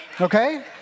Okay